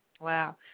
Wow